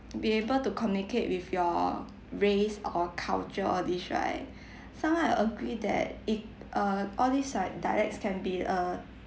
be able to communicate with your race or culture all these right somehow I agree that if err all these like dialects can be a